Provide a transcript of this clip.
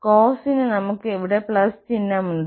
Cosh നു നമ്മൾക്ക് ഇവിടെ ചിഹ്നം ഉണ്ട്